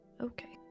Okay